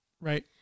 right